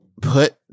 put